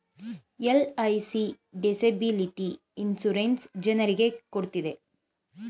LIC disability insurance ಜನರಿಗೆ ಕೊಡ್ತಿದೆ